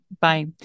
Bye